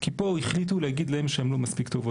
כי פה החליטו להגיד להם שהם לא מספיק טובים.